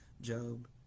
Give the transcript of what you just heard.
Job